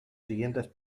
siguientes